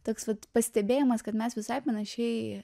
toks pastebėjimas kad mes visai panašiai